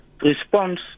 response